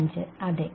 അതെ